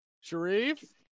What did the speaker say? Sharif